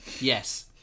Yes